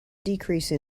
decrease